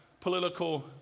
political